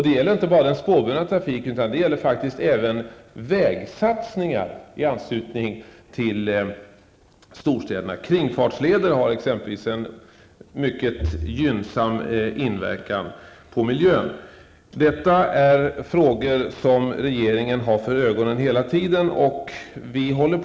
Det gäller då inte bara den spårbundna trafiken utan faktiskt även vägsatsningar i anslutning till storstäderna. Kringfartsleder har exempelvis en mycket gynnsam inverkan på miljön. Frågor av det här slaget har vi i regeringen hela tiden för ögonen.